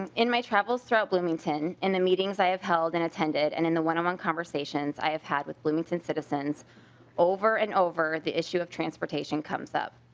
and in my travels throughout bloomington in the meetings i've held and attended and in the one-on-one conversations i've had with bloomington citizens over and over the issue of transportation comes up.